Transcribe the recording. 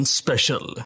special